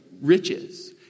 riches